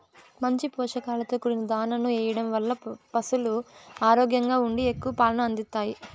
మంచి పోషకాలతో కూడిన దాణాను ఎయ్యడం వల్ల పసులు ఆరోగ్యంగా ఉండి ఎక్కువ పాలను అందిత్తాయి